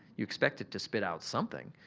you expect it to spit out something.